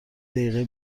دقیقه